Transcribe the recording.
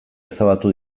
ezabatu